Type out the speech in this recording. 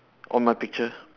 on my picture